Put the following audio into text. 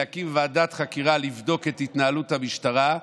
להקים ועדת חקירה לבדוק את התנהלות המשטרה,